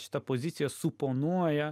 šita pozicija suponuoja